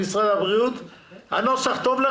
"שיפוי המוסד 26טז.אוצר המדינה ישפה את המוסד